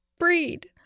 breed